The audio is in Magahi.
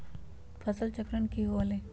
फसल चक्रण की हुआ लाई?